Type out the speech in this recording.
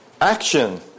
action